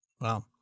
Wow